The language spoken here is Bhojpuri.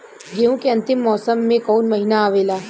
गेहूँ के अंतिम मौसम में कऊन महिना आवेला?